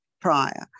prior